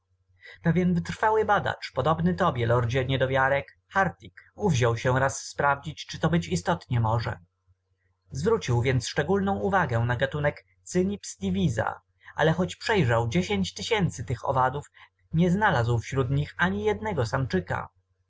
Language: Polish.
samca pewien wytrwały badacz podobny tobie lordzie niedowiarek hartig uwziął się raz sprawdzić czy to być istotnie może zwrócił więc szczególną nwagę na gatunek cynips divisa ale choć przejrzał tych owadów nie znalazł wśród nich ani jednego samczyka